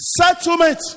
settlement